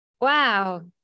Wow